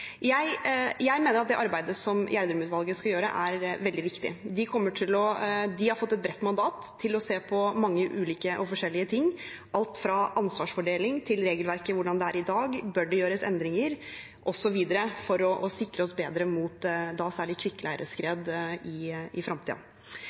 Jeg mener at det arbeidet som Gjerdrum-utvalget skal gjøre, er veldig viktig. De har fått et bredt mandat til å se på mange ulike ting – alt fra ansvarsfordeling til hvordan regelverket er i dag. Bør det gjøres endringer osv. for å sikre oss bedre mot særlig